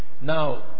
Now